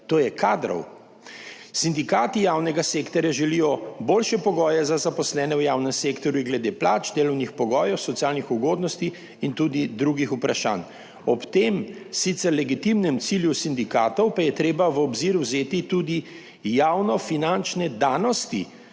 to je kadrov. Sindikati javnega sektorja želijo boljše pogoje za zaposlene v javnem sektorju glede plač, delovnih pogojev, socialnih ugodnosti in tudi drugih vprašanj. Ob tem, sicer legitimnem cilju sindikatov, pa je treba v obzir vzeti tudi javno finančne danosti